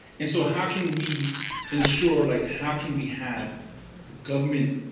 and so how can we ensure, like how can we have government,